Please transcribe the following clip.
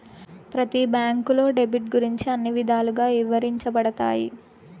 ప్రతి బ్యాంకులో డెబిట్ గురించి అన్ని విధాలుగా ఇవరించబడతాయి